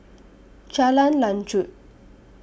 Jalan Lanjut